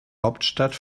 hauptstadt